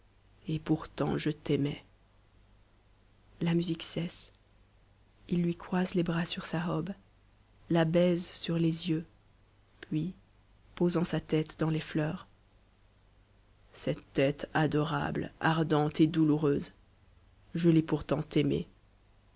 et pourtant je t'aimais e wmtm m fmm il lui fcm les bras sur sa robe la baise fmr les m m amm m dans les mtt cette tête adorable ardente et douloureuse je l'ai pourtant aimée